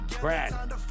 Brad